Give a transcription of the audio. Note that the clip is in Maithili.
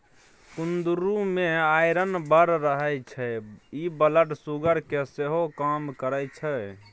कुंदरु मे आइरन बड़ रहय छै इ ब्लड सुगर केँ सेहो कम करय छै